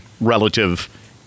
relative